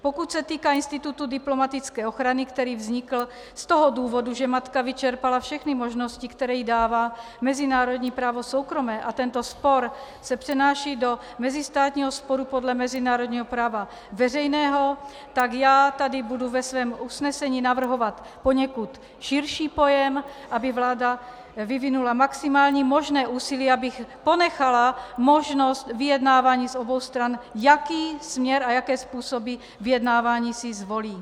Pokud se týká institutu diplomatické ochrany, který vznikl z toho důvodu, že matka vyčerpala všechny možnosti, které jí dává mezinárodní právo soukromé, a tento spor se přenáší do mezistátního sporu podle mezinárodního práva veřejného, tak já tady budu ve svém usnesení navrhovat poněkud širší pojem, aby vláda vyvinula maximální možné úsilí, aby ponechala možnost vyjednávání z obou stran, jaký směr a jaké způsoby vyjednávání si zvolí.